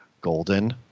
golden